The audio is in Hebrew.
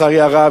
לצערי הרב,